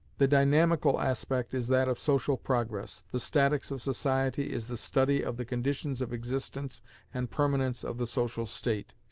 the dynamical aspect is that of social progress. the statics of society is the study of the conditions of existence and permanence of the social state.